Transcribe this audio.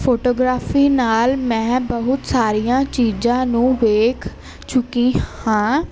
photography ਨਾਲ ਮੈਂ ਬਹੁਤ ਸਾਰੀਆਂ ਚੀਜ਼ਾਂ ਨੂੰ ਵੇਖ ਚੁੱਕੀ ਹਾਂ